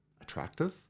attractive